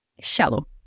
shallow